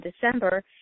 December